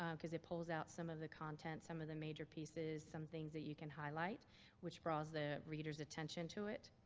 um because it pulls out some of the content, some of the major pieces, some things that you highlight which draws the reader's attention to it.